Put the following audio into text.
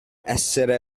essere